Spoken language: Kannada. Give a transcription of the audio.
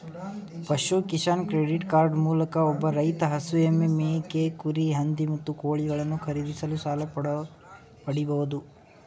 ಪಶು ಕಿಸಾನ್ ಕ್ರೆಡಿಟ್ ಕಾರ್ಡ್ ಮೂಲಕ ಒಬ್ಬ ರೈತ ಹಸು ಎಮ್ಮೆ ಮೇಕೆ ಕುರಿ ಹಂದಿ ಮತ್ತು ಕೋಳಿಗಳನ್ನು ಖರೀದಿಸಲು ಸಾಲ ಪಡಿಬೋದು